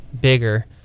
bigger